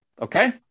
Okay